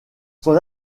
son